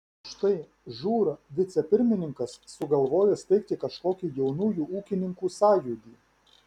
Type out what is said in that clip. štai žūr vicepirmininkas sugalvojo steigti kažkokį jaunųjų ūkininkų sąjūdį